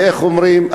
ואיך אומרים,